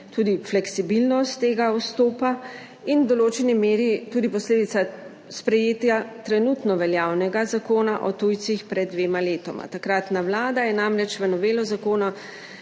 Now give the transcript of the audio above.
tudi fleksibilnost tega vstopa, in je v določeni meri tudi posledica sprejetja trenutno veljavnega Zakona o tujcih pred dvema letoma. Takratna vlada je namreč z novelo zakona